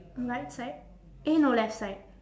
right side eh no left side